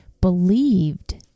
believed